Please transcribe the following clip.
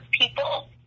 people